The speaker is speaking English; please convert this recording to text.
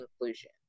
inclusion